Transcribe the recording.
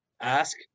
ask